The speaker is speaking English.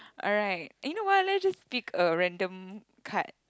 alright eh you know what let's just pick a random card